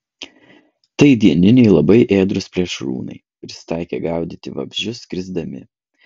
tai dieniniai labai ėdrūs plėšrūnai prisitaikę gaudyti vabzdžius skrisdami